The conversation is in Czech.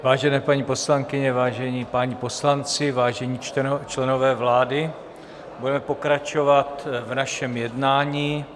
Vážené paní poslankyně, vážení páni poslanci, vážení členové vlády, budeme pokračovat v našem jednání.